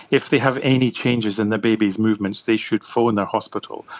if they have any changes in their baby's movements they should phone their hospital,